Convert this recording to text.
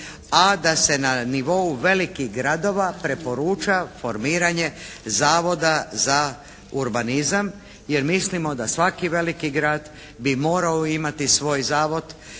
a da se na nivou velikih gradova preporuča formiranje zavoda za urbanizam jer mislimo da svaki veliki grad bi morao imati svoj zavod